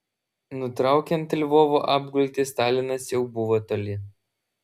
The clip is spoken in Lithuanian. nutraukiant lvovo apgultį stalinas jau buvo toli